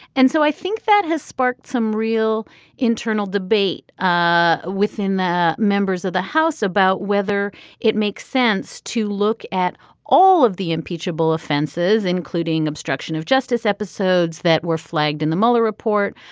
and so i think that has sparked some real internal debate ah within the members of the house about whether it makes sense to look at all of the impeachable offenses including obstruction of justice episodes that were flagged in the mueller report.